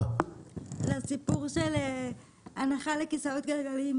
לסיפור של הנחה לכיסאות גלגלים.